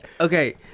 Okay